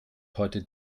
heute